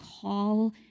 call